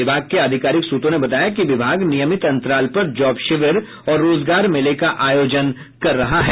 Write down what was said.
विभाग के आधिकारिक सूत्रों ने बताया कि विभाग नियमित अंतराल पर जॉब शिविर और रोजगार मेले का आयोजन कर रहा है